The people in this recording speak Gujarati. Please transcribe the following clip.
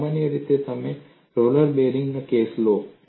સામાન્ય રીતે તમે રોલર બેરિંગનો કેસ લેશો